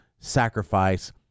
sacrifice